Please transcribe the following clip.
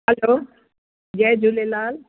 hello जय झूलेलाल